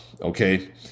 Okay